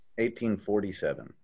1847